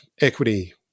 equity